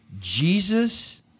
Jesus